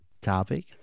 topic